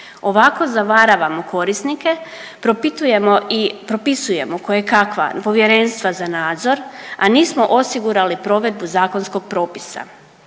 Ovako zavaramo korisnike, propitujemo i propisujemo kojekakva povjerenstva za nadzor, a nismo osigurali provedbu zakonskog propisa.